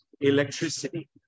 Electricity